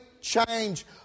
change